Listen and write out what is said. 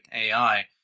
AI